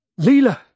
Leela